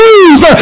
use